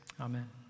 Amen